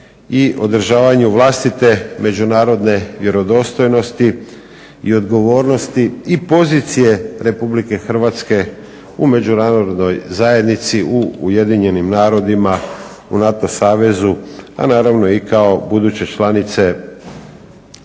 i održavanju vlastite međunarodne vjerodostojnosti i odgovornosti i pozicije Republike Hrvatske u Međunarodnoj zajednici, u Ujedinjenim narodima, u NATO savezu, a naravno i kao buduće članice Europske